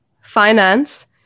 finance